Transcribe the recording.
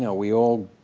yeah we all,